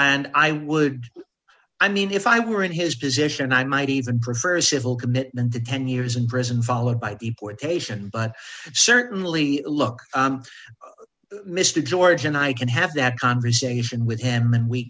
and i would i mean if i were in his position i might even prefer civil commitment to ten years in prison followed by deportation but certainly look mr george and i can have that conversation with him and we